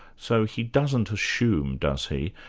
so he doesn't assume does he,